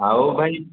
ଆଉ ଭାଇ